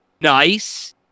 nice